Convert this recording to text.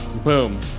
Boom